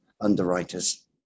underwriters